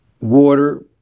water